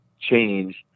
change